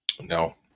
No